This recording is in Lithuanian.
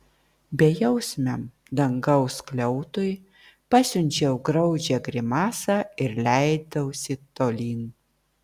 bejausmiam dangaus skliautui pasiunčiau graudžią grimasą ir leidausi tolyn